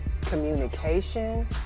communication